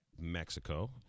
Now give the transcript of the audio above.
Mexico